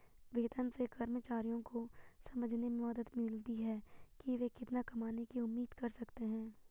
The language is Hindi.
वेतन से कर्मचारियों को समझने में मदद मिलती है कि वे कितना कमाने की उम्मीद कर सकते हैं